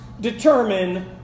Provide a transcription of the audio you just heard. determine